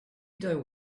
dont